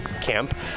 camp